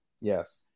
Yes